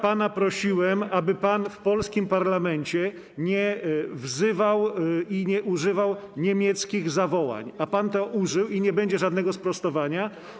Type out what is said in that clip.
Prosiłem pana, aby pan w polskim parlamencie nie wzywał i nie używał niemieckich zawołań, a pan tego użył i nie będzie żadnego sprostowania.